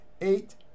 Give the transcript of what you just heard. eight